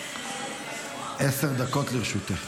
עשר דקות לרשותך.